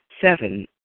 Seven